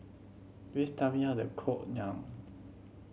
please tell me how to cook Naan